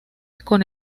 con